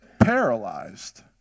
paralyzed